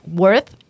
worth